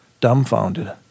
dumbfounded